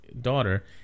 daughter